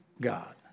God